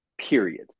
period